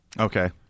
Okay